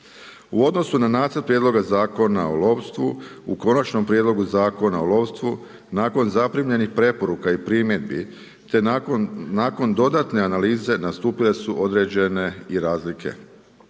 U odnosu na nacrt Prijedloga Zakona o lovstvu u konačnom prijedlogu Zakona o lovstvu, nakon zaprimanih preporuka i primjedbi, te nakon dodatne analize nastupile su određene i razlike.